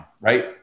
right